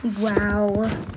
Wow